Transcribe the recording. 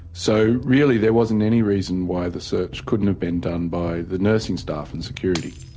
so really there wasn't any reason why the search couldn't have been done by the nursing staff and security?